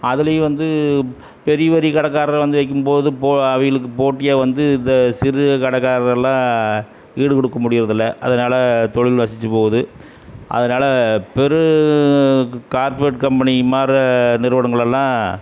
அதிலையும் வந்து பெரிய பெரிய கடைக்காரர் வந்து வைக்கும் போது போ அவகளுக்கு போட்டியாக வந்து இந்த சிறுகடைக்காரர் எல்லாம் ஈடு கொடுக்க முடியிறதில்லை அதனால் தொழில் வசிச்சி போது அதனால் பெரும் கார்ப்ரேட் கம்பெனிங்கள் மாரி நிறுவனங்களெல்லாம்